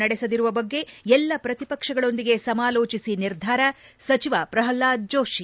ನಡೆಸದಿರುವ ಬಗ್ಗೆ ಎಲ್ಲ ಪ್ರತಿಪಕ್ಷಗಳೊಂದಿಗೆ ಸಮಾಲೋಚಿಸಿ ನಿರ್ಧಾರ ಸಚಿವ ಪ್ರಲ್ಲಾದ ಜೋಶಿ